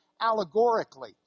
allegorically